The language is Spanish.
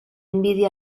envidia